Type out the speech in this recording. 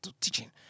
Teaching